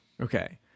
okay